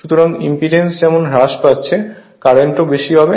সুতরাং ইম্পিডেন্স যেমন হ্রাস পাচ্ছে কারেন্টও বেশি হবে